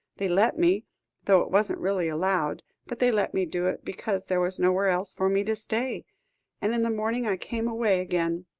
they let me though it wasn't really allowed but they let me do it, because there was nowhere else for me to stay and in the morning i came away again,